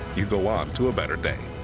you go on to a better day.